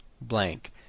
blank